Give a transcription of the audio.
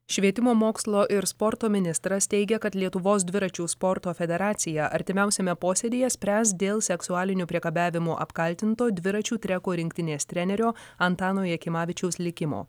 švietimo mokslo ir sporto ministras teigia kad lietuvos dviračių sporto federacija artimiausiame posėdyje spręs dėl seksualiniu priekabiavimu apkaltinto dviračių treko rinktinės trenerio antano jakimavičiaus likimo